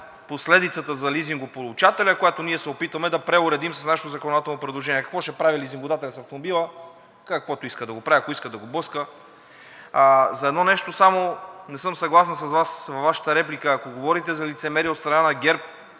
последицата за лизингополучателя, която ние се опитваме да преуредим с нашето законодателно предложение. Какво ще прави лизингодателят с автомобила – каквото иска да го прави, ако иска да го блъска. За едно нещо само не съм съгласен с Вас във Вашата реплика, ако говорите за лицемерие от страна на ГЕРБ,